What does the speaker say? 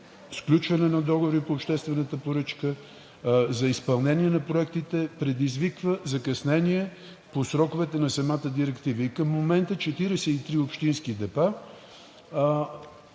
сключване на договори по обществената поръчка за изпълнение на проектите предизвиква закъснение по сроковете на самата директива. Към момента 43 общински